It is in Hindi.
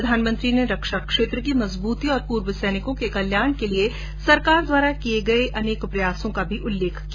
प्रधानमंत्री नेरक्षा क्षेत्र की मजबूती और पूर्व सैनिकों के कल्याण के लिए सरकार द्वारा किए गए अनेकप्रयासों का भी उल्लेख किया